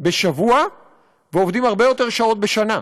בשבוע ועובדים הרבה יותר שעות בשנה,